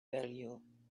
value